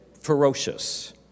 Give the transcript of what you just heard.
ferocious